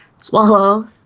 swallow